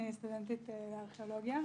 אני סטודנטית לארכיאולוגיה,